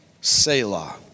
Selah